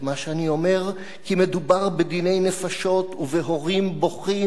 כי מדובר בדיני נפשות ובהורים בוכים ונמקים.